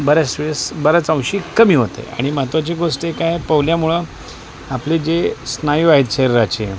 बऱ्याच वेळेस बऱ्याच अंशी कमी होत आहे आणि महत्त्वाची गोष्ट काय आहे पोहल्यामुळं आपले जे स्नायू आहेत शरीराचे